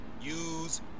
use